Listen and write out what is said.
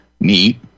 Meat